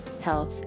health